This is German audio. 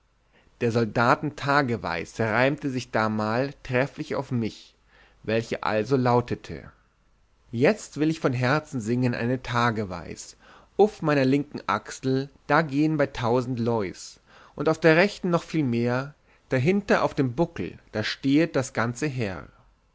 der soldaten tageweis reimte sich damal trefflich auf mich welche also lautete jetzund will ich von herzen singen eine tageweis uf meiner linken achsel da gehen bei tausend louis und auf der rechten noch viel mehr dahinden auf dem buckel da steht das ganze heer